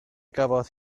gafodd